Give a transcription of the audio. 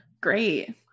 great